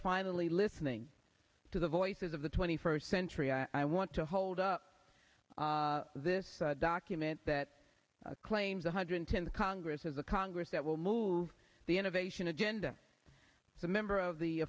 finally listening to the voices of the twenty first century i want to hold up this document that claims one hundred ten the congress is a congress that will move the innovation agenda it's a member of the